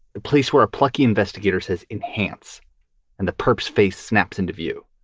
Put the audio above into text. the place where a plucky investigator says enhance and the perps face snaps into view.